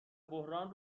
بحران